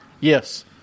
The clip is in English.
Yes